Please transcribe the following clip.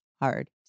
hard